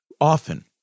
often